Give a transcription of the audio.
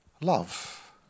Love